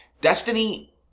Destiny